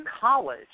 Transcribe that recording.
college